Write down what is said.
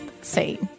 See